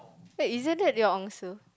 eh isn't that your answer